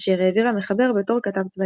אשר העביר המחבר בתור כתב צבאי.